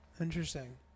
Interesting